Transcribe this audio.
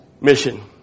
mission